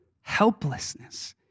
Helplessness